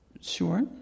sure